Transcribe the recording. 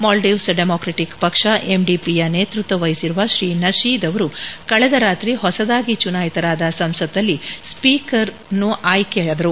Maldives democratic ಪಕ್ಷ ಎಂದಿಪಿಯ ನೇತೃತ್ವ ವಹಿಸಿರುವ ನಶೀದ್ ಅವರು ಕಳೆದ ರಾತ್ರಿ ಹೊಸದಾಗಿ ಚುನಾಯಿತರಾದ ಸಂಸದರಲ್ಲಿ ಸ್ಪೀಕರ್ ಆಗಿ ಆಯ್ಕೆಯಾದವರು